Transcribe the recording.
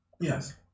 Yes